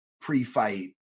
pre-fight